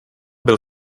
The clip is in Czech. byl